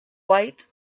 white